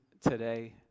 today